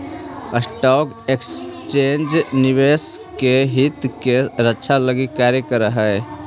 stock exchange निवेशक के हित के रक्षा लगी कार्य करऽ हइ